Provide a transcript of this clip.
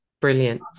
Brilliant